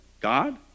God